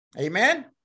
Amen